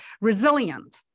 resilient